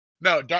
No